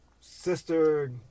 sister